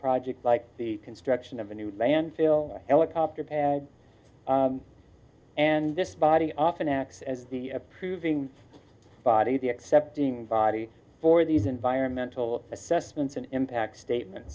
projects like the construction of a new day and feel helicopter pad and this body often acts as the approving body the accepting body for these environmental assessments an impact statement